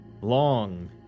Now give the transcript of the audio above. Long